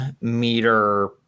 meter